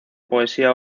poesía